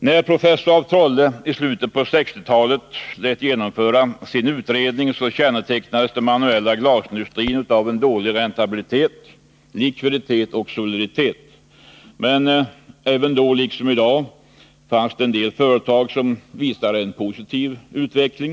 När professor Ulf af Trolle i slutet på 1960-talet lät genomföra sin utredning kännetecknades den manuella glasindustrin av dålig räntabilitet, dålig likviditet och dålig soliditet. Men då liksom i dag fanns en del företag i branschen som visade en positiv utveckling.